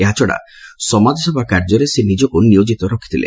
ଏହାଛଡ଼ା ସମାଜସେବା କାର୍ଯ୍ୟରେ ସେ ନିଜକୁ ନିୟୋକିତ ରଖିଥିଲେ